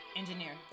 engineer